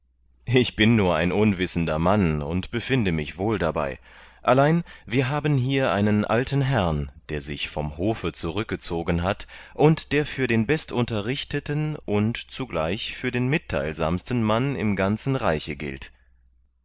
ich bin nur ein unwissender mann und befinde mich wohl dabei allein wir haben hier einen alten herrn der sich vom hofe zurückgezogen hat und der für den bestunterrichteten und zugleich für den mitheilsamsten mann im ganzen reiche gilt